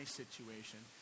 situation